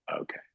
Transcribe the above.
okay